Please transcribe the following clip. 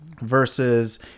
versus